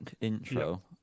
intro